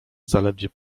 zaledwie